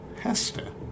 Hester